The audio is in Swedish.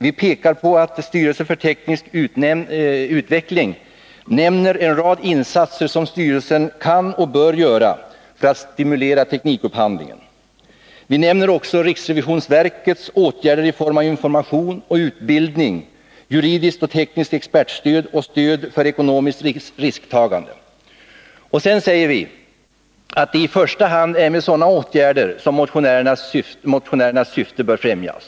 Vi pekar på att styrelsen för teknisk utveckling nämner en rad insatser som styrelsen kan och bör göra för att stimulera teknikupphandlingen. Vi nämner också riksrevisionsverkets åtgärder i form av information och utbildning, juridiskt och tekniskt expertstöd och stöd för ekonomiskt risktagande. Sedan säger vi ”att det i första hand är med sådana åtgärder som motionärernas syfte bör främjas”.